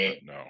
No